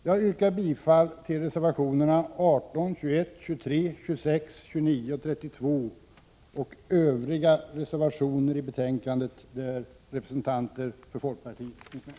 Jag yrkar bifall till reservationerna 18, 21, 23, 26, 29 och 32 och till övriga reservationer i betänkandet som representanter för folkpartiet har undertecknat.